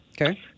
Okay